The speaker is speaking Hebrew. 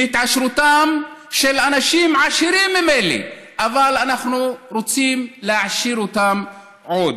מהתעשרותם של אנשים עשירים ממילא אבל אנחנו רוצים להעשיר אותם עוד.